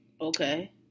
Okay